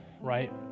right